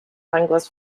anglers